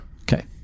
Okay